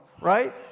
Right